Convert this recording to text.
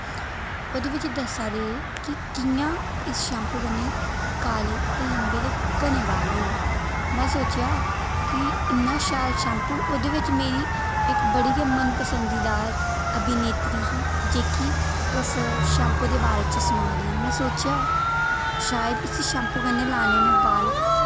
ओह्दे बिच दस्सा दे कि कि'यां इस शैम्पू कन्नै काले लम्मे ते घने बाल होंदे में सोचेआ कि इन्ना शैल शैम्पू ओह्दे बिच मेरी इक बड़ी गै मनपसंदी अभिनेत्री ही जेह्की उस शैम्पू दे बारे च सना दी ही में सोचेआ शायद इसी शैम्पू कन्नै लाने नै बाल